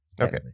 Okay